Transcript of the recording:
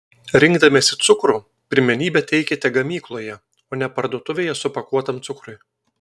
rinkdamiesi cukrų pirmenybę teikite gamykloje o ne parduotuvėje supakuotam cukrui